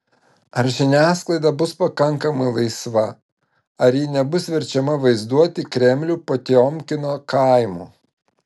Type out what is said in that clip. ar žiniasklaida bus pakankamai laisva ar ji nebus verčiama vaizduoti kremlių potiomkino kaimu